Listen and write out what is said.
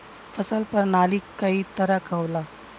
फसल परनाली कई तरह क होला